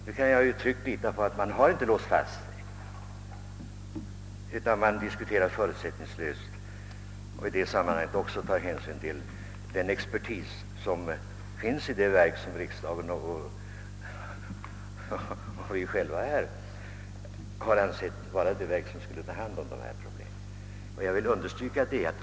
Nu kan jag tryggt lita på att så inte är fallet, utan att man förutsättningslöst diskuterar frågorna och även tar hänsyn till den expertis som finns i det verk som riksdagen har ansett skall ta hand om dessa problem.